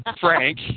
Frank